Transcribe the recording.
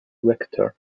rector